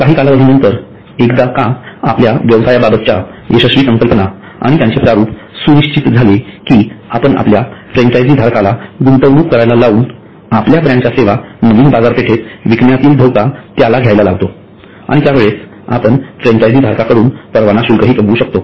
काही कालावधीनंतर एकदाका आपल्या व्यवसायाबाबतच्या यशस्वी संकल्पना आणि त्याचे प्रारूप सुनिश्चित झाले कि आपण फ्रँचायझी धारकाला गुंतवणूक करायला लावून आपल्या ब्रँडच्या सेवा नवीन बाजारपेठेत विकण्यातील धोका त्याला घ्यायला लावतो व त्यावेळेस आपण फ्रँचायझी धारकांकडून परवाना शुल्क कमवू शकतो